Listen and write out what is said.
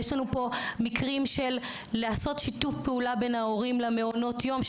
אנחנו גם מדברים על מקרים של שיתופי פעולה בין ההורים למעונות היום.